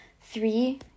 three